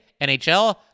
NHL